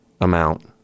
amount